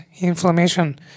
inflammation